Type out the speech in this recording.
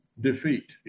defeat